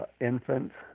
infants